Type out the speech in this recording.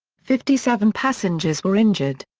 fifty seven passengers were injured.